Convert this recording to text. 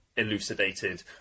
Elucidated